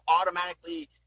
automatically